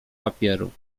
papieru